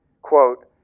Quote